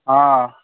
हँ